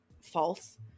false